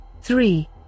three